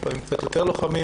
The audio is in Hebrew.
לפעמים קצת יותר לוחמים,